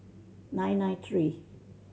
nine nine tree